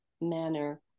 manner